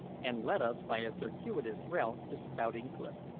and led us by a circuitous route to spouting cliff.